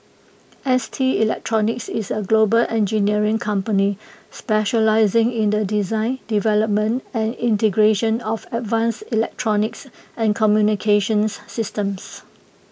S T electronics is A global engineering company specialising in the design development and integration of advanced electronics and communications systems